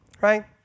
right